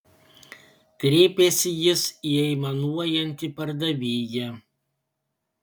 kreipėsi jis į aimanuojantį pardavėją